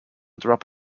drop